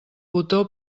botó